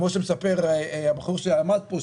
כמו שמספר הבחור שעמד פה,